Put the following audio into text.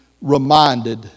reminded